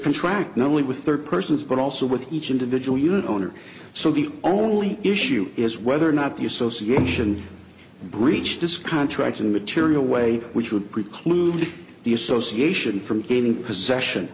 contract not only with third persons but also with each individual unit owner so the only issue is whether or not the association breached this contract in material way which would preclude the association from gaining possession